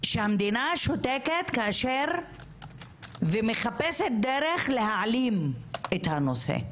שהמדינה שותקת ומחפשת דרך להעלים את הנושא.